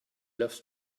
loves